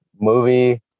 Movie